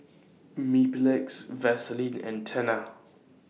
Mepilex Vaselin and Tena